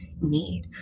need